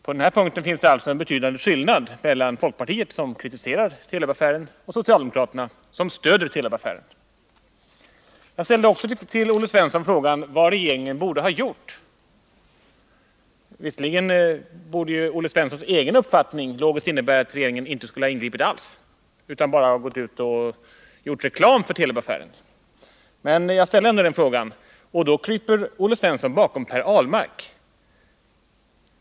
På den här punkten finns det alltså en betydande skillnad mellan folkpartiet — som kritiserar Telubaffären — och socialdemokraterna, som stöder Telubaffären. Jag ställde också till Olle Svensson frågan vad regeringen borde ha gjort — låt vara att Olle Svenssons egen uppfattning logiskt sett borde innebära att han anser att regeringen inte skulle ha ingripit alls utan bara gjort reklam för Telubaffären. Då kryper Olle Svensson bakom Per Ahlmark.